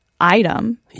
item